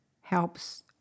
helps